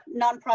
nonprofit